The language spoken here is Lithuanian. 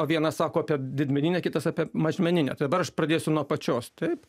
o vienas sako apie didmeninę kitas apie mažmeninę tai dabar aš pradėsiu nuo apačios taip